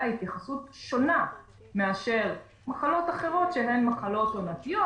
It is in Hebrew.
התייחסות שונה מאשר מחלות אחרות שהן מחלות עונתיות,